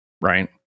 right